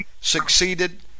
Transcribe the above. succeeded